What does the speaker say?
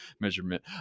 measurement